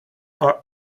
are